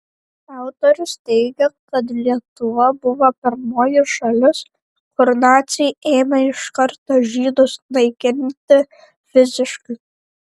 autorius teigia kad lietuva buvo pirmoji šalis kur naciai ėmė iš karto žydus naikinti fiziškai